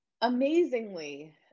amazingly